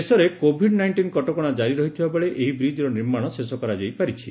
ଦେଶରେ Covid nineteen କଟକଣା ଜାରି ରହିଥିବାବେଳେ ଏହି ବ୍ରିଜ୍ର ନିର୍ମାଣ ଶେଷ କରାଯାଇପାରିଛି